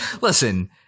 listen